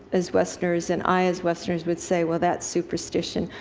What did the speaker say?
as westerners, and i, as westerners, would say well, that's superstition.